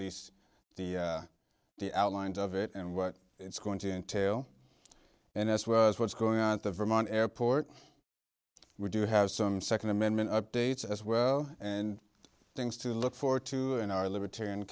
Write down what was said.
least the the outlines of it and what it's going to entail and as well as what's going on at the vermont airport we do have some second amendment updates as well and things to look forward to in our libertarian